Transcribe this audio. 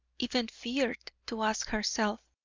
even feared, to ask herself.